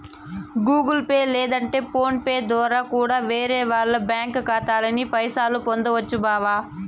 Google Pay లేదంటే PhonePe దోరా కూడా వేరే వాల్ల బ్యాంకి ఖాతాలకి పైసలు పంపొచ్చు బావా